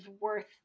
worth